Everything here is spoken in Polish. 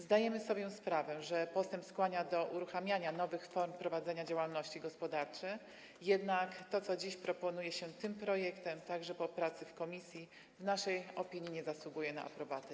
Zdajemy sobie sprawę, że postęp skłania do uruchamiania nowych form prowadzenia działalności gospodarczej, jednak to co dziś proponuje się w tym projekcie, także po pracy w komisji, w naszej opinii nie zasługuje na aprobatę.